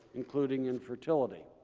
including infertility.